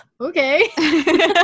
Okay